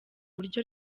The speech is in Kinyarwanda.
buryo